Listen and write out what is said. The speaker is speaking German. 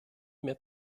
mehr